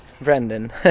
Brendan